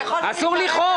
אסור לכעוס.